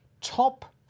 Top